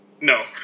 No